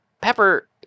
pepper